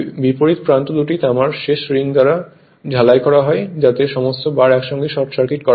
বিপরীত প্রান্ত দুটি তামার শেষ রিং দ্বারা ঝালাই করা হয় যাতে সমস্ত বার একসঙ্গে শর্ট সার্কিট হয়